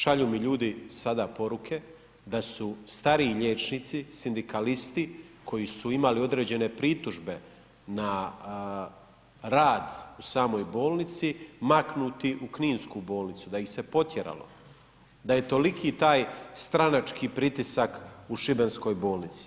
Šalju mi ljudi sada poruke da su stariji liječnici, sindikalisti koji su imali određene pritužbe na rad u samoj bolnici maknuti u Kninsku bolnicu da ih se potjeralo, da je toliki taj stranački pritisak u Šibenskoj bolnici.